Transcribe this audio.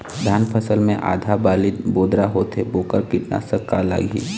धान फसल मे आधा बाली बोदरा होथे वोकर कीटनाशक का लागिही?